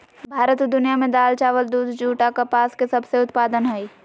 भारत दुनिया में दाल, चावल, दूध, जूट आ कपास के सबसे उत्पादन हइ